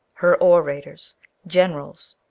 her orators generals?